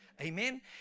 Amen